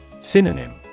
Synonym